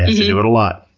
have to do it a lot.